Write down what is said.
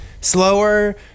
slower